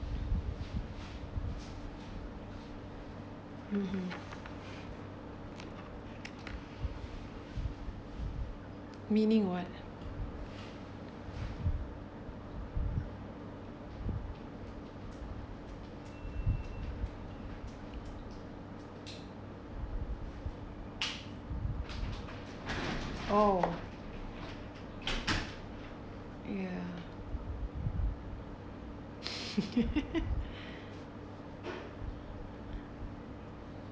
(uh huh) meaning what oh ya